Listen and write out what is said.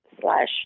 slash